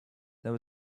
there